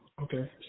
Okay